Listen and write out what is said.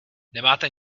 nemáte